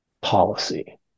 policy